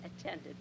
attended